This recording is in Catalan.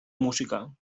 música